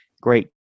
great